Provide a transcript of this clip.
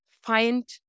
find